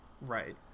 Right